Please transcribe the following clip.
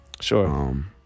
Sure